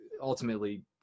ultimately